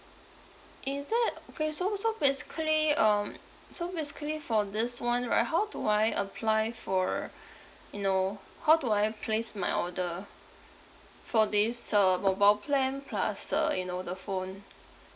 is that okay so so basically um so basically for this [one] right how do I apply for you know how do I place my order for this uh mobile plan plus uh you know the phone